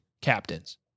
captains